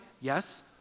Yes